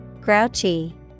grouchy